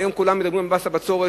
היום כולם מדברים על מס הבצורת,